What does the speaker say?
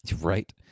right